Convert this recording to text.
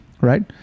right